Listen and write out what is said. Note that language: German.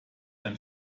ein